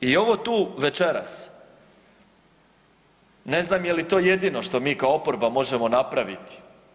I ovo tu večeras ne znam je li to jedino što mi kao oporba možemo napraviti.